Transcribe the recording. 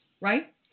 right